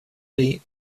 ray